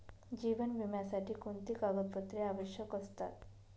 जीवन विम्यासाठी कोणती कागदपत्रे आवश्यक असतात?